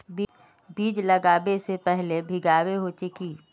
बीज लागबे से पहले भींगावे होचे की?